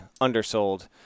undersold